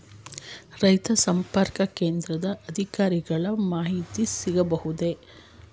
ರೈತ ಸಂಪರ್ಕ ಕೇಂದ್ರದ ಅಧಿಕಾರಿಗಳ ಮಾಹಿತಿ ಸಿಗಬಹುದೇ?